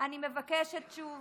אני מבקשת שוב